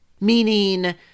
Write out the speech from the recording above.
Meaning